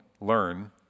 learn